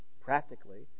practically